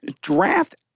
Draft